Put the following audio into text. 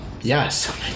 Yes